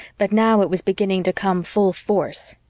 but now it was beginning to come full force.